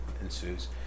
ensues